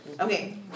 Okay